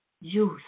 use